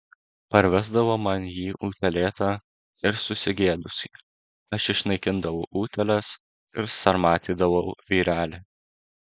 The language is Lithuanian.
parvesdavo man jį utėlėtą ir susigėdusį aš išnaikindavau utėles ir sarmatydavau vyrelį